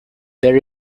there